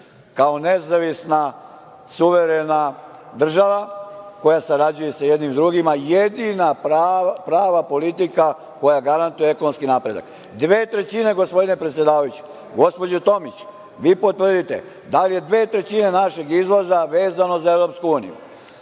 kao nezavisna suverena država, koja sarađuje sa jednima i drugima, jedina prava politika koja garantuje ekonomski napredak. Dve trećine, gospodine predsedavajući, gospođo Tomić, vi potvrdite, da li je dve trećine našeg izvoza vezano za EU? Taj